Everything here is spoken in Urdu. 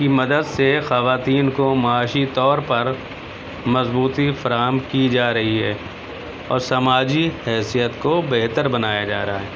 کی مدد سے خواتین کو معاشی طور پر مضبوطی فراہم کی جا رہی ہے اور سماجی حیثیت کو بہتر بنایا جا رہا ہے